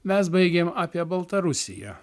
mes baigėm apie baltarusiją